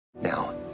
Now